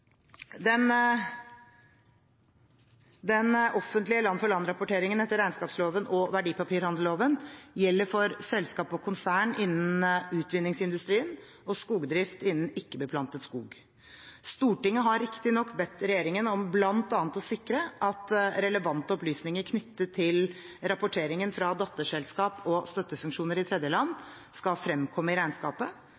Den offentlige land-for-land-rapporteringen etter regnskapsloven og verdipapirhandelloven gjelder for selskap og konsern innen utvinningsindustrien og skogdrift innen ikke-beplantet skog. Stortinget har riktignok bedt regjeringen om bl.a. å sikre at relevante opplysninger knyttet til rapporteringen fra datterselskap og støttefunksjoner i tredjeland